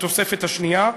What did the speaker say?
התוספת השנייה.